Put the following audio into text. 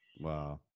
Wow